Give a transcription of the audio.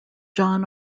jon